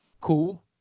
Cool